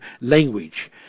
language